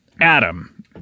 Adam